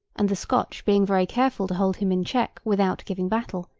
and the scotch being very careful to hold him in check without giving battle,